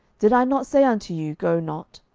did i not say unto you, go not?